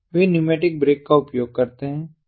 वे pneumatic brake का उपयोग करते हैं